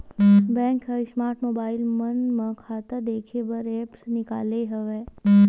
bank ह smart mobile मन म खाता देखे बर ऐप्स निकाले हवय